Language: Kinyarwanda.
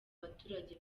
baturage